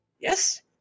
Yes